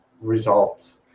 results